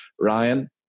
Ryan